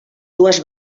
dues